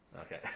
Okay